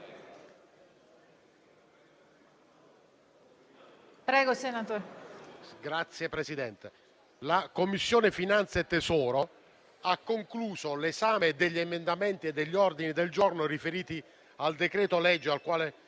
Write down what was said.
la Commissione finanze e tesoro ha concluso l'esame degli emendamenti e degli ordini del giorno riferiti al decreto-legge al quale